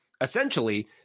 Essentially